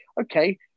okay